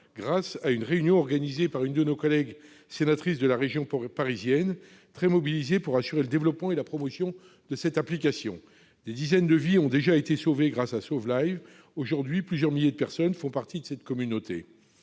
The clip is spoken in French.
à une réunion organisée par une collègue sénatrice de la région parisienne, très mobilisée pour le développement et la promotion de cette application. Des dizaines de vies ont déjà été sauvées grâce à « SAUV Life » et plusieurs milliers de personnes font aujourd'hui partie de cette communauté.